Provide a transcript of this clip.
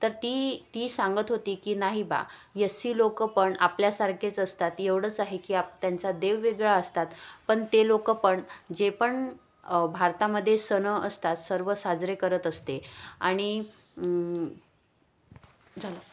तर ती ती सांगत होती की नाही बा यस्सी लोकं पण आपल्यासारखेच असतात एवढंच आहे की आप त्यांचा देव वेगळा असतात पण ते लोकं पण जे पण भारतामध्ये सण असतात सर्व साजरे करत असते आणि झालं